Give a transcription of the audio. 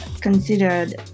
considered